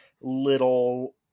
little